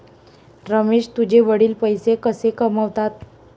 रमेश तुझे वडील पैसे कसे कमावतात?